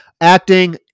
acting